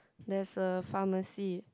there's a pharmacy